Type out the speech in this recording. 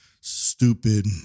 stupid